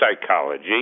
psychology